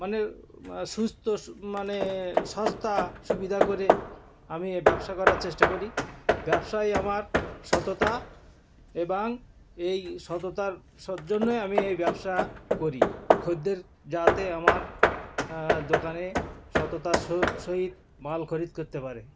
মানে সুস্ত মানে সস্তা সুবিধা করে আমি ব্যবসা করার চেষ্টা করি ব্যবসায় আমার সততা এবং এই সততার স জন্যই আমি এই ব্যবসা করি খদ্দের যাতে আমার দোকানে সততার সো সহিত মাল খরিদ করতে পারে